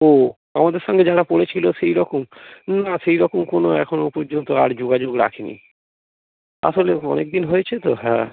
ও আমাদের সঙ্গে যারা পড়েছিল সেই রকম না সেই রকম কোনো এখনও পর্যন্ত আর যোগাযোগ রাখেনি আসলে ও অনেক দিন হয়েছে তো হ্যাঁ